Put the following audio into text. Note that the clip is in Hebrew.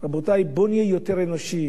רבותי, בוא נהיה אנושיים יותר,